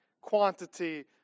quantity